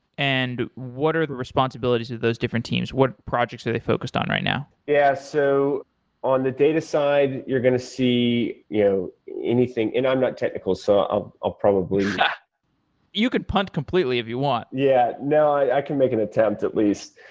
and what are the responsibilities of those different teams? what projects are they focused on right now? yeah. so on the data side you're going to see you anything i'm not technical, so i'll ah probably yeah you can punt completely if you want yeah. no, i can make an attempt at least.